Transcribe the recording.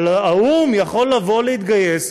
אבל האו"ם יכול לבוא להתגייס,